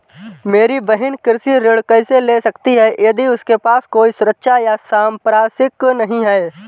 मेरी बहिन कृषि ऋण कैसे ले सकती है यदि उसके पास कोई सुरक्षा या संपार्श्विक नहीं है?